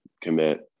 commit